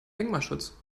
denkmalschutz